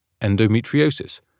endometriosis